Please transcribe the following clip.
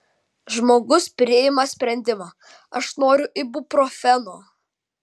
žmogus priima sprendimą aš noriu ibuprofeno